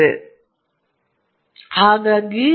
ದೋಷಕ್ಕಾಗಿ ಸಾಕಷ್ಟು ಜಾಗವಿದೆ